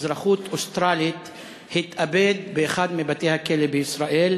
אזרחות אוסטרלית התאבד באחד מבתי-הכלא בישראל